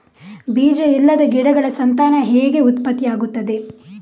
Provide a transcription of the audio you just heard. ಬೀಜ ಇಲ್ಲದ ಗಿಡಗಳ ಸಂತಾನ ಹೇಗೆ ಉತ್ಪತ್ತಿ ಆಗುತ್ತದೆ?